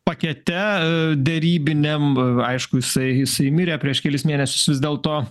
pakete derybiniam aišku jisai jisai mirė prieš kelis mėnesius vis dėl to